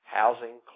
housing